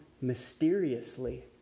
mysteriously